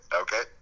Okay